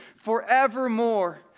forevermore